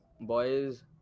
boys